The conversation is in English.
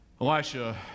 Elisha